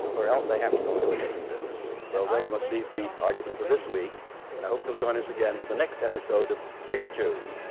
or else they have to go into a different business. well, there we must leave the argument for this week, and i hope you'll join us again for the next episode of free to choose.